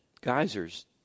geysers